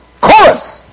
Chorus